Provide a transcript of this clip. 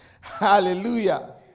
Hallelujah